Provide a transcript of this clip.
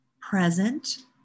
present